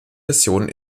läsionen